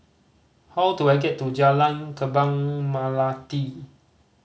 how do I get to Jalan Kembang Melati